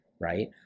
Right